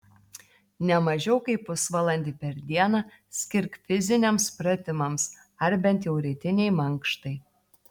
ne mažiau kaip pusvalandį per dieną skirk fiziniams pratimams ar bent jau rytinei mankštai